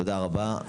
תודה רבה.